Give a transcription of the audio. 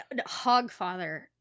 Hogfather